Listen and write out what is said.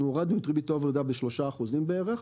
אנחנו הורדנו את ריבית העבודה ב-3% בערך,